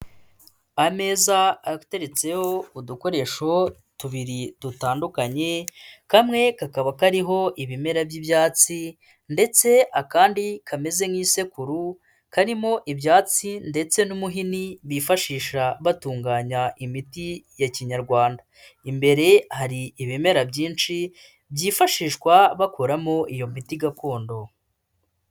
Ameza ateretseho udukoresho tubiri dutandukanye, kamwe kakaba kariho ibimera by'ibyatsi ndetse akandi kameze nk'isekuru karimo ibyatsi ndetse n'umuhini bifashisha batunganya imiti ya kinyarwanda, imbere hari ibimera byinshi byifashishwa bakoramo iyo miti gakondo.